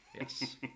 yes